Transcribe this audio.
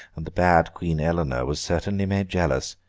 and the bad queen eleanor was certainly made jealous.